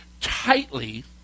tightly